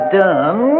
done